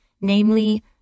namely